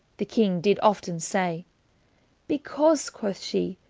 the king did often say because, quoth shee,